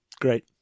Great